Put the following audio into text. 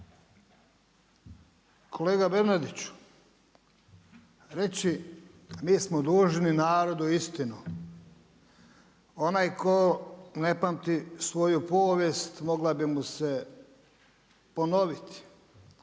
Kolega Bernardiću reći mi smo dužni narodu istinu, onaj tko ne pamti svoju povijest mogla bi mu se ponoviti.